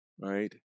right